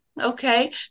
okay